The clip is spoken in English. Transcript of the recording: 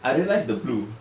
I realized the blue